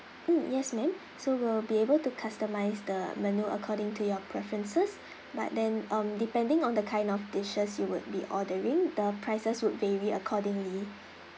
mm yes ma'am so we'll be able to customize the menu according to your preferences but then um depending on the kind of dishes you would be ordering the prices would vary accordingly